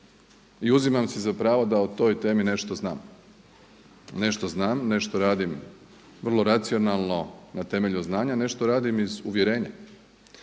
I uzimam si za pravo da o toj temi nešto znam, nešto znam, nešto radi, vrlo racionalno na temelju znanja nešto radim iz uvjerenja,